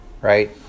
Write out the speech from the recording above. right